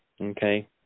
Okay